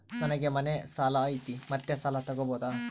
ನನಗೆ ಮನೆ ಮೇಲೆ ಸಾಲ ಐತಿ ಮತ್ತೆ ಸಾಲ ತಗಬೋದ?